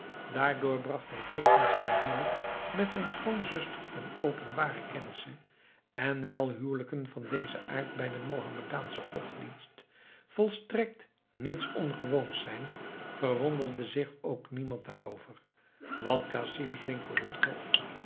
daardoor bracht hij tevens zijn huwelijk met zijn schoonzuster ter openbare kennisse en wijl huwelijken van dezen aard bij den mohammedaanschen godsdienst volstrekt niets ongewoons zijn verwonderde zich ook niemand daarover wat casim's winkel betrof